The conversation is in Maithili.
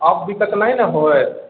आब दिक्कत नहि ने होयत